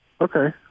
Okay